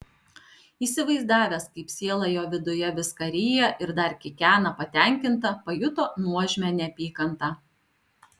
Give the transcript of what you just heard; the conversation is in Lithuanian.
įsivaizdavęs kaip siela jo viduje viską ryja ir dar kikena patenkinta pajuto nuožmią neapykantą